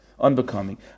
Unbecoming